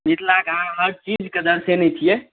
मिथिलाके अहाँ हर चीजके दर्शेने छिए